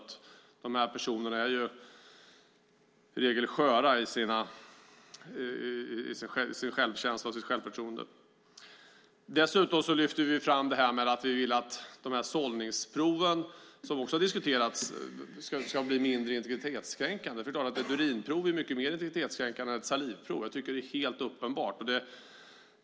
Dessa personer är i regel sköra i sin självkänsla och sitt självförtroende. Dessutom lyfter vi fram att sållningsproven ska bli mindre integritetskränkande. Det är uppenbart att ett urinprov är mycket mer integritetskränkande än ett salivprov.